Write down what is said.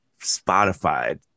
Spotify